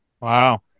Wow